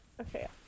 Okay